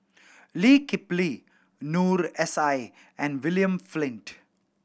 Lee Kip Lee Noor S I and William Flint